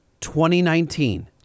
2019